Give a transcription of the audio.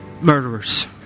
murderers